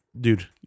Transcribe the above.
Dude